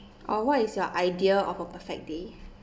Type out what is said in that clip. oh what is your idea of a perfect day